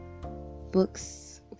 books